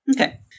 Okay